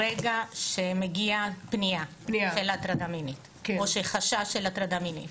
ברגע שמגיעה פנייה של הטרדה מינית או חשש של הטרדה מינית,